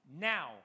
now